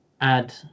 add